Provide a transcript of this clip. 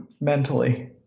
mentally